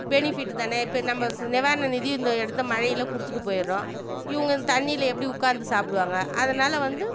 benefit தானே இப்போ நம்ம நிவாரண நிதி இந்த எடுத்து மழையில் கொடுத்துட்டு போயிடறோம் இவங்க தண்ணியில் எப்படி உக்கார்ந்து சாப்பிடுவாங்க அதனால் வந்து